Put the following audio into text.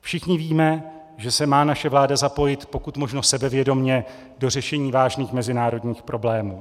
Všichni víme, že se má naše vláda zapojit pokud možno sebevědomě do řešení vážných mezinárodních problémů.